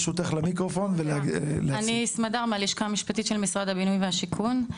אני סמדר, מהלשכה המשפטית של משרד הבינוי והשיכון.